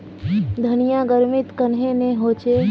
धनिया गर्मित कन्हे ने होचे?